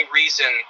reason